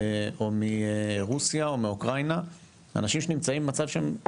מי רשם אותם,